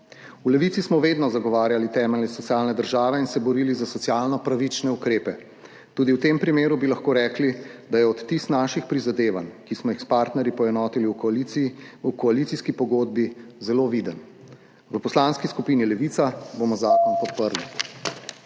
V Levici smo vedno zagovarjali temelje socialne države in se borili za socialno pravične ukrepe. Tudi v tem primeru bi lahko rekli, da je odtis naših prizadevanj, ki smo jih s partnerji poenotili v koaliciji, v koalicijski pogodbi zelo viden. V Poslanski skupini Levica bomo zakon podprli.